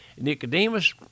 Nicodemus